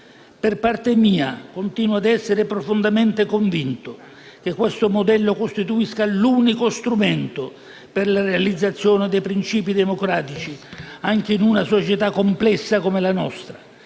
Per parte mia, continuo a essere profondamente convinto che questo modello costituisca l'unico strumento per la realizzazione dei principi democratici anche in una società complessa come la nostra